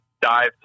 dive